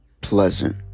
pleasant